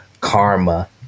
karma